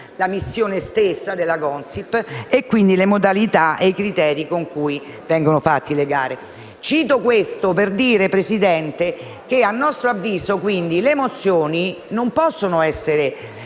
la missione stessa della Consip e, quindi, le modalità e i criteri con cui vengono fatte le gare. Dico questo, signor Presidente, perché - a nostro avviso - le mozioni non possono essere